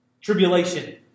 Tribulation